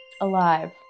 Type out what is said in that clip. Alive